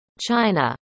china